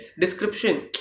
description